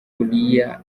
kuriya